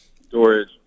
storage